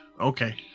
Okay